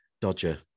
Dodger